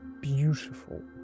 beautiful